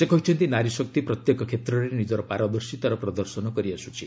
ସେ କହିଛନ୍ତି ନାରୀଶକ୍ତି ପ୍ରତ୍ୟେକ କ୍ଷେତ୍ରରେ ନିକର ପାରଦର୍ଶିତାର ପ୍ରଦର୍ଶନ କରିଆସୁଛି